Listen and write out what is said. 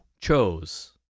chose